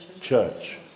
church